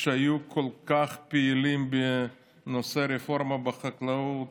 שהיו כל כך פעילים בנושא הרפורמה בחקלאות,